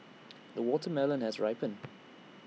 the watermelon has ripened